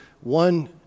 one